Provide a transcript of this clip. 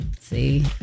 See